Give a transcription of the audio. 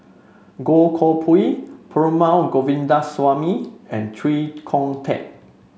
Goh Koh Pui Perumal Govindaswamy and Chee Kong Tet